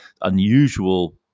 unusual